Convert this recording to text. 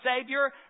Savior